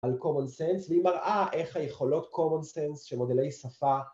על common sense, והיא מראה איך היכולות common sense של מודלי שפה